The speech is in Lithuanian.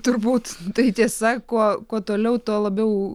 turbūt tai tiesa kuo kuo toliau tuo labiau